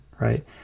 right